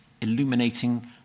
illuminating